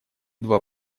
два